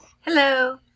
Hello